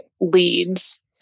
leads